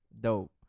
Dope